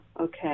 Okay